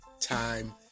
time